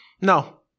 no